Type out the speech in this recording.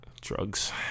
Drugs